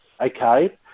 Okay